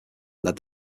led